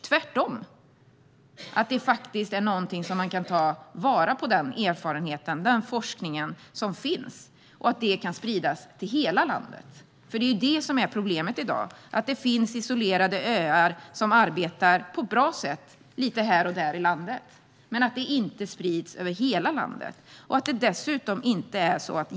Tvärtom är den forskning och erfarenhet som finns faktiskt någonting man kan ta vara på, och det kan spridas till hela landet. Det är nämligen det som är problemet i dag - att det finns isolerade öar som arbetar på ett bra sätt lite här och där i landet men att det inte sprids över hela landet.